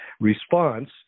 response